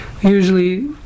Usually